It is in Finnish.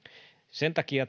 sen takia